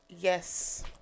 yes